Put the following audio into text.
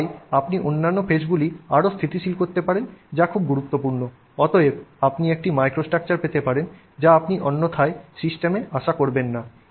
এবং অতএব আপনি অন্যান্য ফেজগুলি আরও স্থিতিশীল করতে পারেন যা খুব গুরুত্বপূর্ণ অতএব আপনি একটি মাইক্রোস্ট্রাকচার পেতে পারেন যা আপনি অন্যথায় সিস্টেমে আশা করবেন না